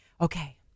okay